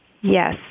Yes